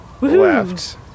left